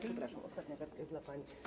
Przepraszam, ostatnia kartka jest dla pani.